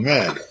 Mad